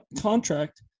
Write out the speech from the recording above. contract